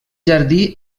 jardí